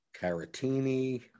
Caratini